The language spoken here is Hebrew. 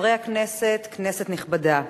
חברי הכנסת, כנסת נכבדה,